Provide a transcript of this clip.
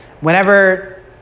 Whenever